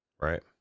Right